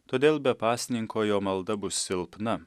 todėl be pasninko jo malda bus silpna